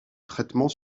traitements